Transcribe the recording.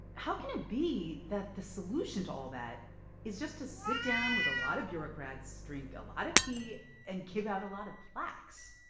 how can it be that the solution to all that is just to sit down with a lot of bureaucrats, drink a lot of tea and give out a lot of plaques?